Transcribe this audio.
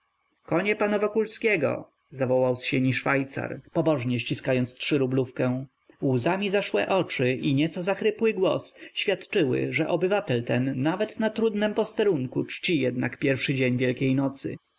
konie pana wokulskiego zawołał z sieni szwajcar pobożnie ściskając trzyrublówkę łzami zaszłe oczy i nieco zachrypnięty glos świadczyły że obywatel ten nawet na trudnym posterunku czci jednak pierwszy dzień wielkiejnocy